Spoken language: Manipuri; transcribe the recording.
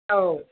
ꯑꯧ